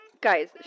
Guys